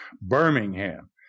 Birmingham